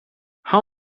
how